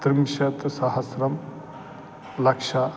त्रिंशत्सहस्रं लक्षम्